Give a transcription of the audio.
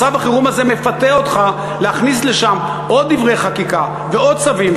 מצב החירום הזה מפתה אותך להכניס לשם עוד דברי חקיקה ועוד צווים.